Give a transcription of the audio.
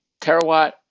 terawatt